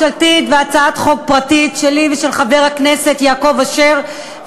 והצעת חוק פרטית שלי ושל חבר הכנסת יעקב אשר,